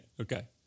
okay